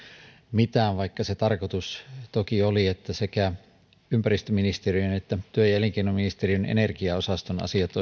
mitään vaikka se tarkoitus toki oli että sekä ympäristöministeriön että työ ja elinkeinoministeriön energiaosaston asiat